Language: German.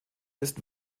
ist